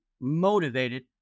motivated